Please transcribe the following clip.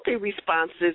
responses